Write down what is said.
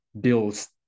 builds